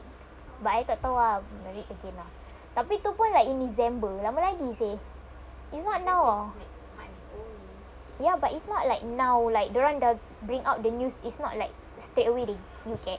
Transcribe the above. but I tak tahu must read again ah tapi tu pun like in december lama lagi seh it's not now lah ya but it's not like now like dorang dah bring out the news it's not like straight away they can